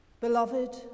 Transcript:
Beloved